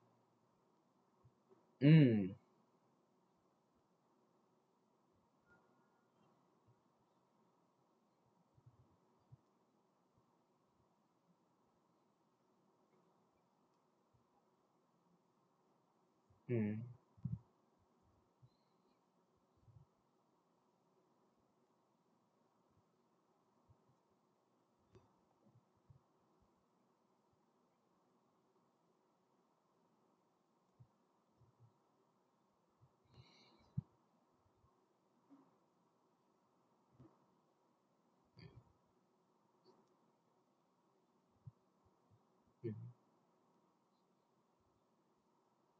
mm mm